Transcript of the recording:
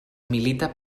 milita